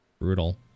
Brutal